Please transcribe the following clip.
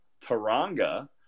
Taranga